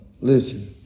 listen